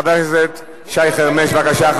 חבר הכנסת שי חרמש, בבקשה.